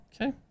Okay